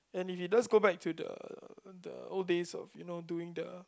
and if it does go back to the the old days of you know doing the